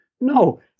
no